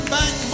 back